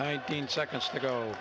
nineteen seconds to go